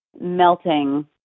melting